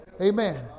amen